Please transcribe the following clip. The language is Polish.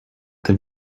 tym